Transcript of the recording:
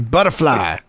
Butterfly